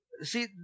see